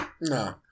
No